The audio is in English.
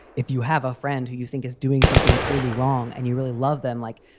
if you have a friend who you think is doing something truly wrong and you really love them, like,